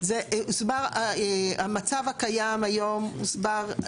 המצב הקיים היום הוסבר.